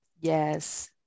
Yes